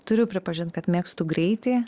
turiu pripažint kad mėgstu greitį